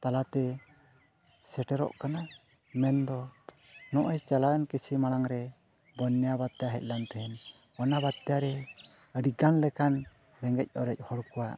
ᱛᱟᱞᱟᱛᱮ ᱥᱮᱴᱮᱨᱚᱜ ᱠᱟᱱᱟ ᱢᱮᱱᱫᱚ ᱱᱚᱜᱼᱚᱭ ᱪᱟᱞᱟᱣᱮᱱ ᱠᱤᱪᱷᱩ ᱢᱟᱲᱟᱝᱨᱮ ᱵᱚᱭᱱᱟ ᱵᱟᱨᱛᱟ ᱦᱮᱡ ᱞᱮᱱ ᱛᱟᱦᱮᱱ ᱚᱱᱟ ᱵᱟᱨᱛᱟᱨᱮ ᱟᱹᱰᱤᱜᱟᱱ ᱞᱮᱠᱟᱱ ᱨᱮᱸᱜᱮᱡᱼᱚᱨᱮᱡ ᱦᱚᱲ ᱠᱚᱣᱟᱜ